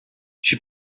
she